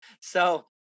So-